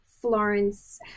Florence